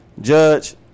Judge